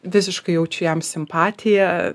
visiškai jaučiu jam simpatiją